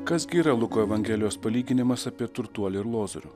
kas gi yra luko evangelijos palyginimas apie turtuolį ir lozorių